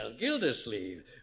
Gildersleeve